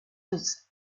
das